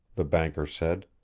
the banker said.